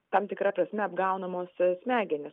tam tikra prasme atgaunamos smegenys